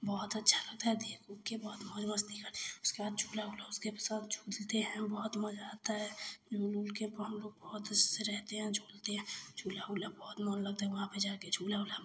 बहुत अच्छा लगता है देख उखकर बहुत मौज़ मस्ती कर उसके बाद झूला उला उसके सब झूलते हैं बहुत मज़ा आता है झूल उलकर हमलोग बहुत उससे रहते हैं झूलते हैं झूला उला बहुत मन लगता है वहाँ पर जाकर झूला उला